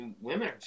women